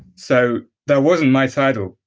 so that wasn't my title.